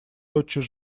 тотчас